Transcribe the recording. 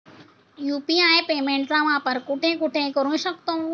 UPI पेमेंटचा वापर कुठे कुठे करू शकतो?